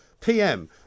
PM